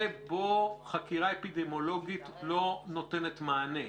בו חקירה אפידמיולוגית לא נותנת מענה,